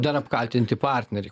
dar apkaltinti partnerį